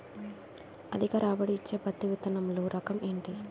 అధిక రాబడి ఇచ్చే పత్తి విత్తనములు రకం ఏంటి?